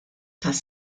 tas